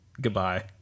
Goodbye